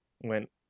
went